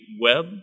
web